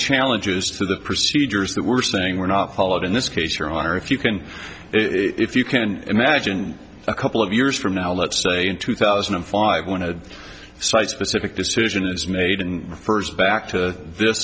challenges to the procedures that we're saying were not followed in this case your honor if you can if you can imagine a couple of years from now let's say in two thousand and five when a site specific decision is made in the first back to this